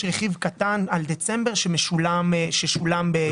יש רכיב קטן על דצמבר ששולם בינואר.